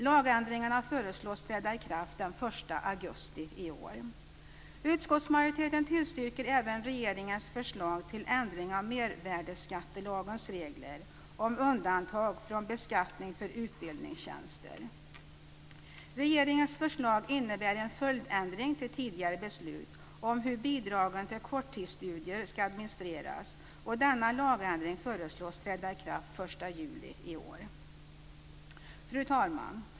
Lagändringarna föreslås träda i kraft den Utskottsmajoriteten tillstyrker även regeringens förslag till ändring av mervärdesskattelagens regler om undantag från beskattning för utbildningstjänster. Regeringens förslag innebär en följdändring till tidigare beslut om hur bidragen till korttidsstudier ska administreras. Denna lagändring föreslås träda i kraft den 1 juli i år. Fru talman!